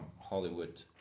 Hollywood